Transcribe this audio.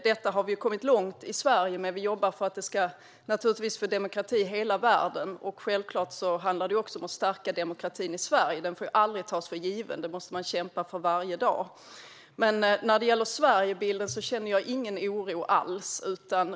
Detta har vi kommit långt med i Sverige. Vi jobbar naturligtvis för demokrati i hela världen, och självklart handlar det om att stärka demokratin i Sverige. Den får aldrig tas för given, utan man måste kämpa för den varje dag. När det gäller Sverigebilden känner jag dock ingen oro alls.